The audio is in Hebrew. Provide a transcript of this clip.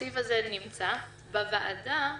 הסעיף הזה נמצא ובוועדה,